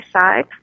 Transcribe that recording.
side